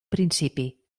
principi